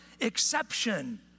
exception